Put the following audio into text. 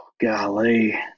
golly